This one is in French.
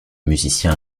musicien